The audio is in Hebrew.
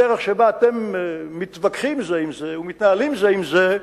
הדרך שבה אתם מתווכחים זה עם זה ומתנהלים זה עם זה,